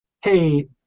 hey